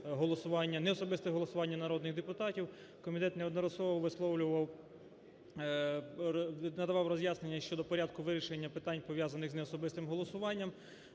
неособисте голосування народних депутатів, комітет неодноразово висловлював, надавав роз'яснення щодо порядку вирішення питань, пов'язаних з неособистим голосуванням.